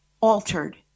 altered